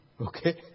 Okay